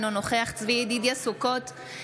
אינו נוכח צבי ידידיה סוכות,